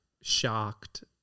shocked